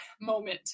moment